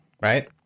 right